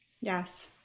Yes